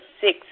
six